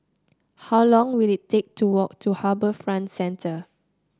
how long will it take to walk to Harbour Front Center